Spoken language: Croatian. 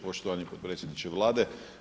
Poštovani potpredsjedniče Vlade.